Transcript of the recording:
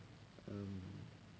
oh well